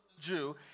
Jew